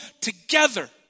together